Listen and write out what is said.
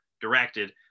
directed